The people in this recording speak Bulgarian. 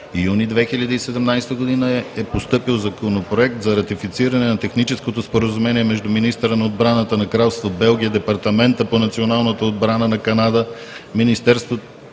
юни 2017 г. е постъпил Законопроект за ратифициране на Техническото споразумение между министъра на отбраната на Кралство Белгия, Департамента по националната отбрана на Канада, Министерството